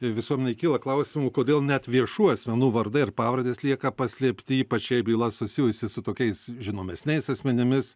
visuomenei kyla klausimų kodėl net viešų asmenų vardai ir pavardės lieka paslėpti ypač jei byla susijusi su tokiais žinomesniais asmenimis